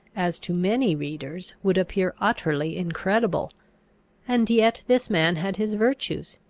as to many readers would appear utterly incredible and yet this man had his virtues.